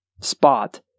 spot